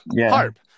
harp